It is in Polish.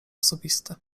osobisty